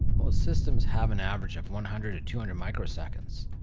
most systems have an average of one hundred to two hundred microseconds,